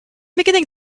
beginning